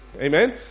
Amen